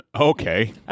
Okay